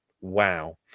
wow